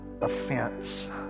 offense